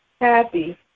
Happy